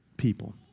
people